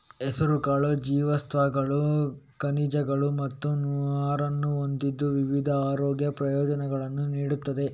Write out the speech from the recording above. ಹೆಸರುಕಾಳು ಜೀವಸತ್ವಗಳು, ಖನಿಜಗಳು ಮತ್ತು ನಾರನ್ನು ಹೊಂದಿದ್ದು ವಿವಿಧ ಆರೋಗ್ಯ ಪ್ರಯೋಜನಗಳನ್ನು ನೀಡುತ್ತದೆ